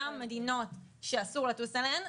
גם מדינות שאסור לטוס אליהן.